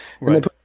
right